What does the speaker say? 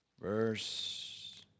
Verse